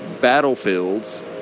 battlefields